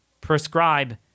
prescribe